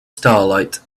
starlight